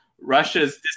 Russia's